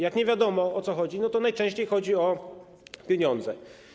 Jak nie wiadomo, o co chodzi, no to najczęściej chodzi o pieniądze.